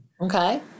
Okay